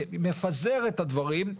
תכנון שמפזר את הדברים.